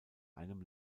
einem